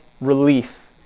relief